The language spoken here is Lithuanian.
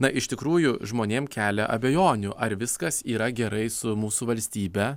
na iš tikrųjų žmonėm kelia abejonių ar viskas yra gerai su mūsų valstybe